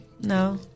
No